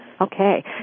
Okay